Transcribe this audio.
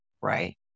right